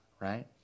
right